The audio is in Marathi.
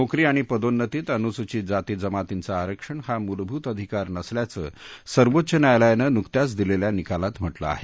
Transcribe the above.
नोकरी आणि पदोन्नतीत अन्सूचित जाती जमातींचं आरक्षण हा मूलभूत अधिकार नसल्याचं सर्वोच्च न्यायालयानं नुकत्याच दिलेल्या निकालात म्हटलं आहे